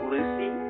Lucy